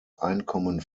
einkommen